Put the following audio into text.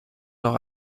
noch